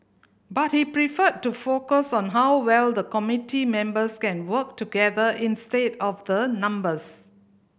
but he preferred to focus on how well the committee members can work together instead of the numbers